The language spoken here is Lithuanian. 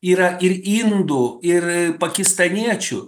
yra ir indų ir pakistaniečių